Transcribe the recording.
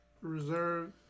Reserve